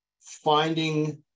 finding